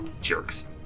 Jerks